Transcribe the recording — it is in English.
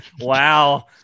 wow